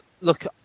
look